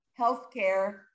healthcare